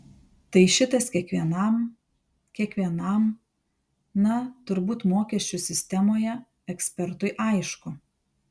tai šitas kiekvienam kiekvienam na turbūt mokesčių sistemoje ekspertui aišku